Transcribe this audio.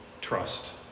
trust